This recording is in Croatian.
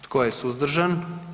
Tko je suzdržan?